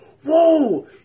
Whoa